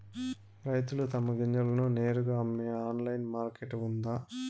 రైతులు తమ గింజలను నేరుగా అమ్మే ఆన్లైన్ మార్కెట్ ఉందా?